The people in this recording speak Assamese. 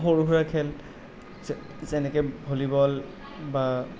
সৰু সুৰা খেল যেনেকৈ ভলীবল বা